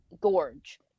gorge